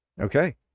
Okay